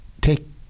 take